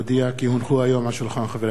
כי הונחו היום על שולחן הכנסת,